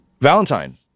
Valentine